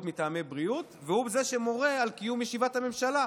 מטעמי בריאות והוא זה שמורה על קיום ישיבת הממשלה?